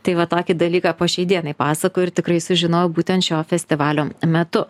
tai va tokį dalyką po šiai dienai pasakoju ir tikrai sužinojau būtent šio festivalio metu